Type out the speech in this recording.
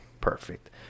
Perfect